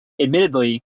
admittedly